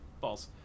False